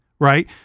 Right